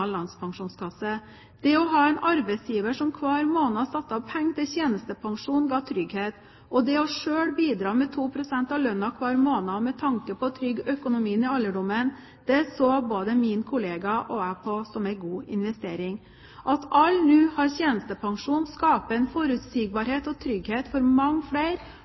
Landspensjonskasse. Det å ha en arbeidsgiver som hver måned satte av penger til tjenestepensjon, ga trygghet, og det selv å bidra med 2 pst. av lønnen hver måned med tanke på å trygge økonomien i alderdommen, så både mine kollegaer og jeg på som en god investering. At alle nå har tjenestepensjon, skaper en forutsigbarhet og trygghet for mange